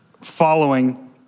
following